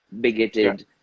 bigoted